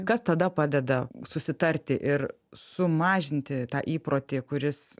kas tada padeda susitarti ir sumažinti tą įprotį kuris